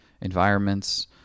environments